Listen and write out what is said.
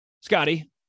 Scotty